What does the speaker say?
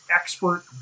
expert